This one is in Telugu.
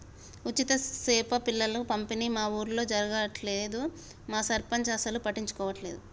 ఉచిత చేప పిల్లల పంపిణీ మా ఊర్లో జరగట్లేదు మా సర్పంచ్ అసలు పట్టించుకోవట్లేదు